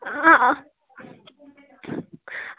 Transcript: आं